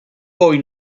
poi